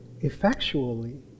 effectually